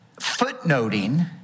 footnoting